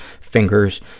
fingers